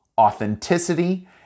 authenticity